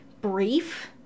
brief